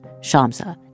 Shamsa